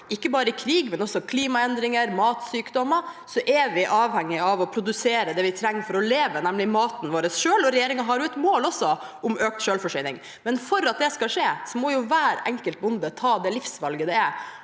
ikke bare krig, men også klimaendringer og matsykdommer, er vi avhengig av selv å produsere det vi trenger for å leve, nemlig maten vår. Regjeringen har også et mål om økt selvforsyning, men for at det skal skje, må hver enkelt bonde ta det livsvalget det er